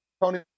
Tony